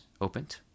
opened